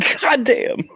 Goddamn